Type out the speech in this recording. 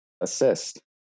assist